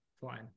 fine